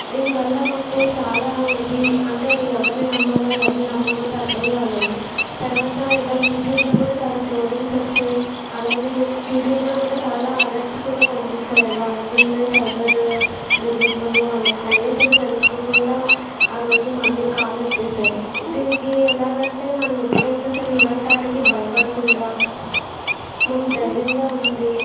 దీనివల్ల మాకు చాలా ఇది అంటే ఎవరిని నమ్మాలో ఎవరిని నమ్మకూడదో అర్థం కాలేదు తర్వాత ఇలా యూట్యూబ్లో కూడా చాలా ట్రోలింగ్స్ వచ్చాయి అలానే యూట్యూబ్లో కూడా చాలా అలర్ట్స్ కూడా పంపించారు ఇలా అవుతున్నాయి సైబర్బెదిరింపులు అనేసి అయినా సరే తెలుసుకోకుండా ఆరోజు మా అన్నయ్య కాల్ ఎత్తేశారు దీనికి ఎలాగంటే మనం ఎప్పుడైనా సరే ఇలాంటి వాటికి భయపడకుండా మనం ధైర్యంగా ఉండి